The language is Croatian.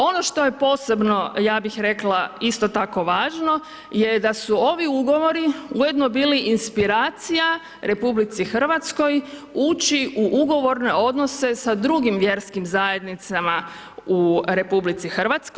Ono što je posebno, ja bih rekla isto tako važno je da su ovi ugovori ujedno bili inspiracija RH ući u ugovorne odnose sa drugim vjerskim zajednicama u RH.